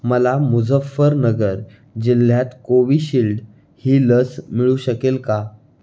मला मुझफ्फरनगर जिल्ह्यात कोविशिल्ड ही लस मिळू शकेल का